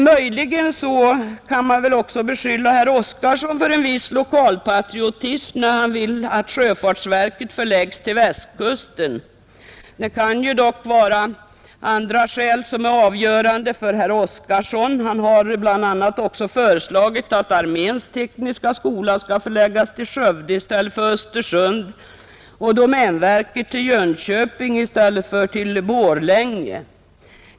Möjligen kan man beskylla herr Oskarson för en viss lokalpatriotism när han vill att sjöfartsverket skall förläggas till Västkusten. Det kan dock vara andra skäl som är avgörande för herr Oskarson — han har bl.a. föreslagit att arméns tekniska skola skall förläggas till Skövde i stället för till Östersund och domänverket till Jönköping i stället för till Borlänge.